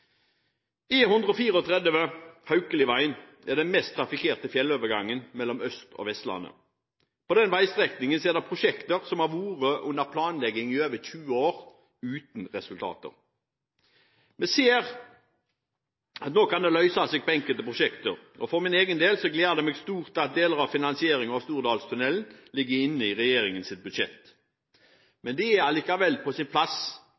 er den mest trafikkerte fjellovergangen mellom Østlandet og Vestlandet. På den veistrekningen er det prosjekter som har vært under planlegging i over 20 år, uten resultater. Vi ser at nå kan det løse seg på enkelte prosjekter, og for min egen del gleder det meg stort at deler av finansieringen av Stordalstunnelen ligger inne i regjeringens budsjett. Men det er likevel på sin plass